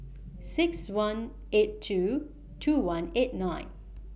six one eight two two one eight nine